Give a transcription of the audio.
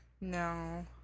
No